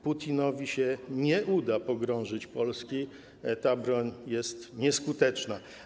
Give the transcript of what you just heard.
Putinowi nie uda się pogrążyć Polski, ta broń jest nieskuteczna.